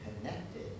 connected